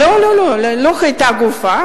לא, לא, לא היתה גופה.